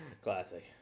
Classic